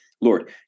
Lord